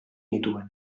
nituen